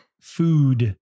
Food